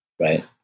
Right